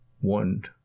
one